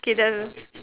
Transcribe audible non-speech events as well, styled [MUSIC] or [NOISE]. K [NOISE]